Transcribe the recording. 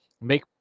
make